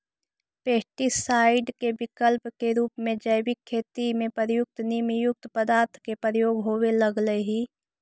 pesticide के विकल्प के रूप में जैविक खेती में प्रयुक्त नीमयुक्त पदार्थ के प्रयोग होवे लगले हि